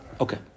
Okay